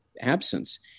absence